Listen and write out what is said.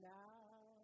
now